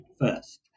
first